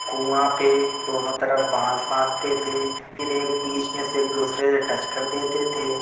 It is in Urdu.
کنواں پہ دونوں طرف بانس باندھتے تھے پھر ایک بیچ میں سے ایک دوسرے سے اٹیچ کر دیتے تھے